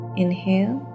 inhale